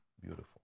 Beautiful